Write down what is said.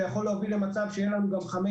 זה יכול להוביל למצב שיהיו לנו גם חמש